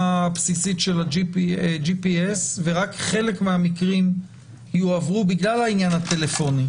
הבסיסית ה-GPS ורק חלק מהמקרים יועברו בגלל העניין הטלפוני.